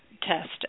test